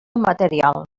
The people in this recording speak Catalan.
material